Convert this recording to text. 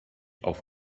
auf